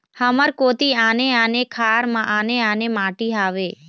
हमर कोती आने आने खार म आने आने माटी हावे?